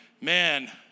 man